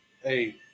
Hey